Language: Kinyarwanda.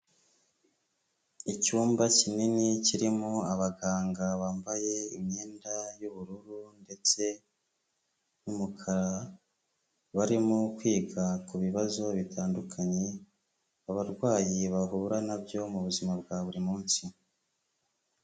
Icyumba kinini kirimo abaganga bambaye imyenda y'ubururu ndetse n'umukara, barimo kwiga ku bibazo bitandukanye, abarwayi bahura na byo mu buzima bwa buri munsi.